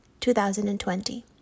2020